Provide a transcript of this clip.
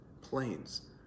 planes